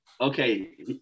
okay